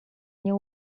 nie